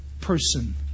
person